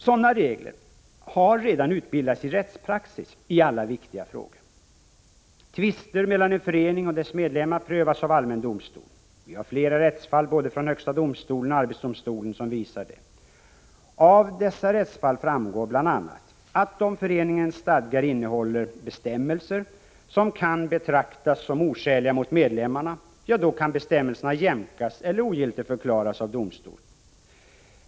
Sådana regler har redan i alla viktiga frågor utbildats i rättspraxis. Tvister mellan en förening och dess medlemmar prövas av allmän domstol. Vi har flera rättsfall både från högsta domstolen och arbetsdomstolen som visar detta. Av dessa rättsfall framgår bl.a., att om föreningens stadgar innehåller bestämmelser som kan betraktas som oskäliga mot medlemmarna, då kan bestämmelserna jämkas eller ogiltigförklaras av domstol.